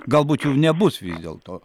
galbūt jų nebus vis dėlto